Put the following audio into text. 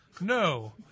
No